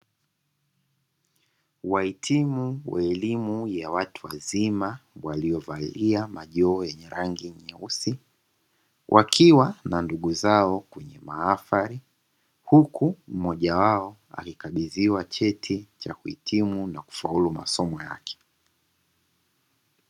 Wahitimu wa elimu ya watu wazima waliovalia majoho ya rangi nyeusi; wakiwa na ndugu zao kwenye mahafali, huku mmoja wao akikabidhiwa cheti cha kuhitimu na kufaulu masomo yake.